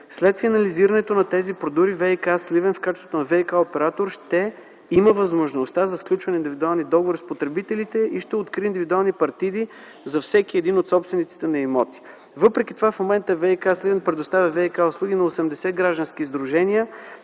След финализирането на тези процедури ВиК – Сливен в качеството на ВиК-оператор ще има възможността да сключва индивидуални договори с потребителите и ще открие индивидуални партиди за всеки един от собствениците на имоти. Въпреки това в момента ВиК – Сливен предоставя ВиК-услуги на 80 граждански сдружения,